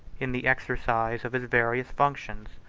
in the exercise of his various functions,